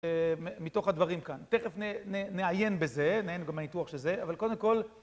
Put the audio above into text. מתוך הדברים כאן. תכף נעיין בזה, נעיין גם בניתוח של זה, אבל קודם כל